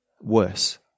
worse